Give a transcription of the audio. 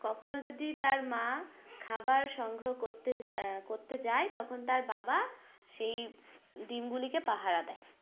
কখনও যদি তার মা খাবার সংগ্রহ করতে করতে যায় তখন তার বাবা সেই ডিমগুলিকে পাহারা দেয়